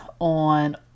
on